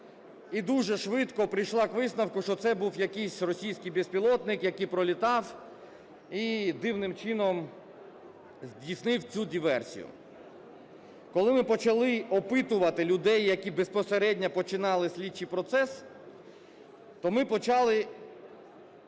і дуже швидко прийшла до висновку, що це був якийсь російський безпілотник, який пролітав і дивним чином здійснив цю диверсію. Коли ми почали опитувати людей, які безпосередньо починали слідчий процес, то ми почали